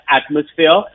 atmosphere